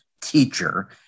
teacher